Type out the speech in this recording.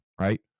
right